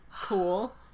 cool